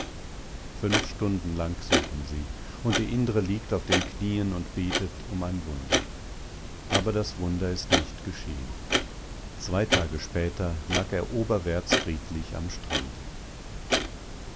fünf stunden lang suchen sie und die indre liegt auf den knien und betet um ein wunder aber das wunder ist nicht geschehen zwei tage später lag er oberwärts friedlich am strande